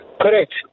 Correct